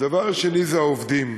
הדבר השני זה העובדים.